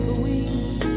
queen